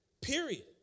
Period